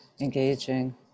engaging